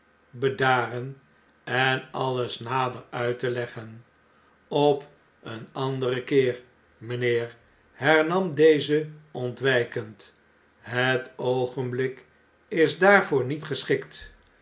bedaren en alles nader uit te leggen op een anderen keer mpheer hernam deze ontwjjkend het oogenblik is daarvoor niet geschikt